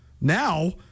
Now